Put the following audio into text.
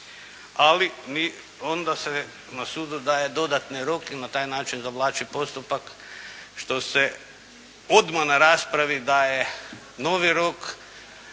ali onda se na sudu daje dodatni rok i na taj način zavlači postupak, što se odmah na raspravi daje novi rok